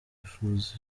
yifuza